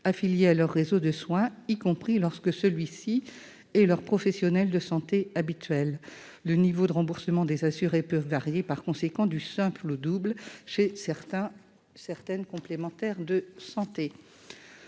affilié à leur réseau de soins, y compris lorsque celui-ci est leur professionnel de santé habituel. Le niveau de remboursement des assurés peut varier, par conséquent, du simple au double chez certaines complémentaires de santé.